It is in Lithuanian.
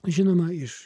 žinoma iš